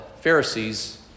Pharisees